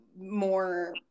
more